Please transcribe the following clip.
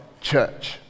church